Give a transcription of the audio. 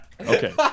Okay